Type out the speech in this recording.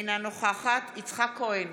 אינה נוכחת יצחק כהן,